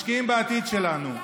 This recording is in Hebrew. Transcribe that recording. משקיעים בעתיד שלנו.